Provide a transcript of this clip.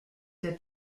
der